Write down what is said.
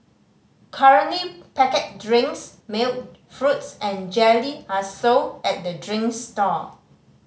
currently packet drinks milk fruits and jelly are sold at the drinks stall